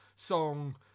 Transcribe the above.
Song